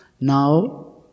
now